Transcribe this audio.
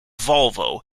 volvo